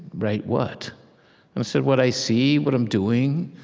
write what? and i said, what i see, what i'm doing,